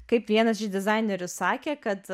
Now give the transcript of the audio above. kaip vienas iš dizainerių sakė kad